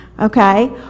Okay